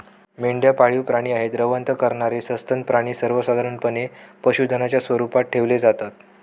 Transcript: मेंढ्या पाळीव आहे, रवंथ करणारे सस्तन प्राणी सर्वसाधारणपणे पशुधनाच्या स्वरूपात ठेवले जातात